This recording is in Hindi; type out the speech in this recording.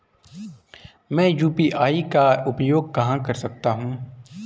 मैं यू.पी.आई का उपयोग कहां कर सकता हूं?